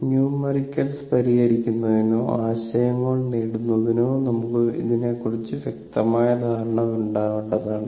numericals പരിഹരിക്കുന്നതിനോ ആശയങ്ങൾ നേടുന്നതിനോ നമുക്ക് ഇതിനെ കുറിച്ച് വ്യക്തമായ ധാരണ ഉണ്ടാവേണ്ടതാണ്